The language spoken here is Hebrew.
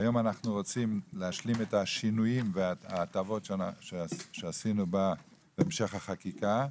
היום אנחנו רוצים להשלים את השינויים וההטבות שעשינו בהמשך החקיקה.